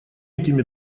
этими